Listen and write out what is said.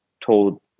told